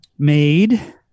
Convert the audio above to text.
Made